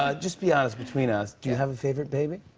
ah just be honest between us, do you have a favorite baby?